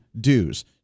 dues